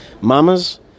Mamas